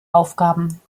aufgaben